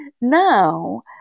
Now